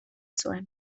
zuen